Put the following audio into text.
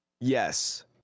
yes